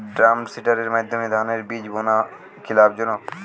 ড্রামসিডারের মাধ্যমে ধানের বীজ বোনা কি লাভজনক?